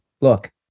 look